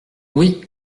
oui